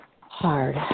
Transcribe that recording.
hard